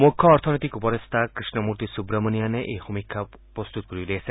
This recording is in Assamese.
মুখ্য অৰ্থনৈতিক উপদেষ্টা কৃষ্ণমূৰ্তি চুব্ৰমণিয়ানে এই সমীক্ষা প্ৰস্তুত কৰি উলিয়াইছে